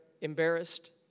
embarrassed